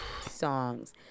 songs